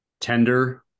tender